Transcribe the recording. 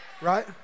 Right